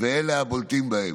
ואלה הבולטים בהם,